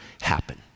happen